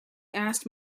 asked